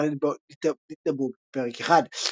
שכולן נתנבאו בפרק אחד".